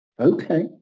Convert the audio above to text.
Okay